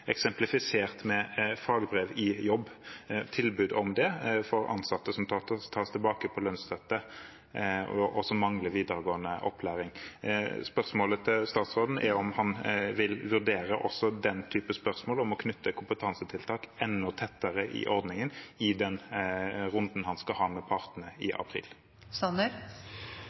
eksemplifisert med tilbud om fagbrev i jobb for ansatte som tas tilbake på lønnsstøtte, og som mangler videregående opplæring. Spørsmålet til statsråden er om han vil vurdere også den type spørsmål, å knytte kompetansetiltak enda tettere til ordningen, i den runden han skal ha med partene i